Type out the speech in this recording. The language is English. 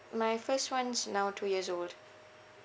my first one's now two years old